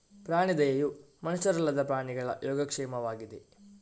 ಪ್ರಾಣಿ ದಯೆಯು ಮನುಷ್ಯರಲ್ಲದ ಪ್ರಾಣಿಗಳ ಯೋಗಕ್ಷೇಮವಾಗಿದೆ